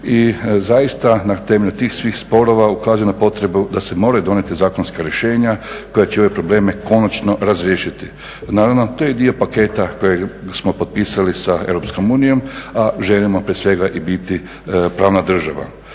i zaista na temelju svih tih sporova ukazuje na potrebu da se moraju donijeti zakonska rješenja koja će ove probleme konačno razriješiti. Naravno, to je dio paketa kojeg smo potpisali sa EU a želimo prije svega biti i pravna država.